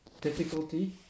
difficulty